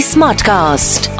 Smartcast